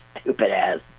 stupid-ass